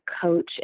coach